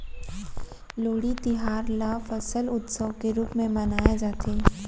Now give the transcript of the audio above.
लोहड़ी तिहार ल फसल उत्सव के रूप म मनाए जाथे